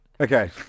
Okay